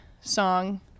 song